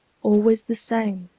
always the same,